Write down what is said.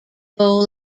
bowl